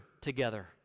together